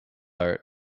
art